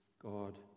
God